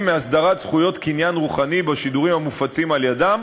מאסדרת זכויות קניין רוחני בשידורים המופצים על-ידם,